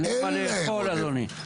אין להם מה לאכול, אדוני.